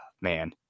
man